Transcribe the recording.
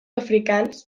africans